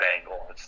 angle